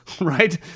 right